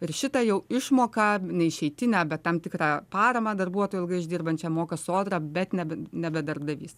ir šitą jau išmoką ne išeitinę bet tam tikrą paramą darbuotojui ilgai uždirbančiam moka sodra bet nebe nebe darbdavys